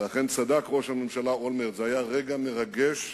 ואכן צדק ראש הממשלה אולמרט, זה היה רגע מרגש,